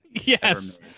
Yes